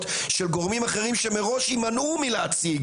של גורמים אחרים שמראש ימנעו מלהציג